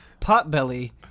potbelly